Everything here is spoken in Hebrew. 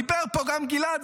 דיבר פה גם גלעד,